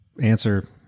answer